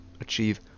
achieve